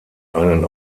einen